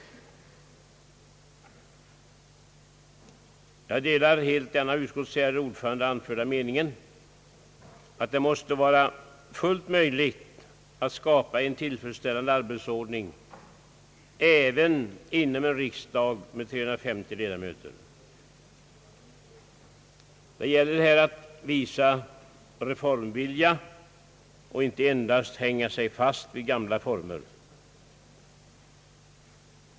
Jag delar helt den av utskottets ärade ordförande anförda meningen att det måste vara fullt möjligt att skapa en tillfredsställande arbetsordning även inom en riksdag med 350 ledamöter. Det gäller här att visa reformvilja och inte endast hänga sig fast vid gamla former.